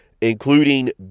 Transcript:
including